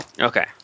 Okay